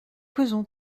causons